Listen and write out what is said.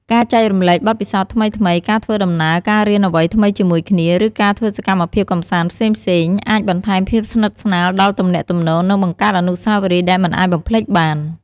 ការចែករំលែកបទពិសោធន៍ថ្មីៗ ការធ្វើដំណើរ ការរៀនអ្វីថ្មីជាមួយគ្នា ឬការធ្វើសកម្មភាពកម្សាន្តផ្សេងៗ អាចបន្ថែមភាពស្និទ្ធស្នាលដល់ទំនាក់ទំនង និងបង្កើតអនុស្សាវរីយ៍ដែលមិនអាចបំភ្លេចបាន។